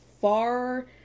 far